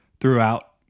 throughout